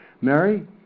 Mary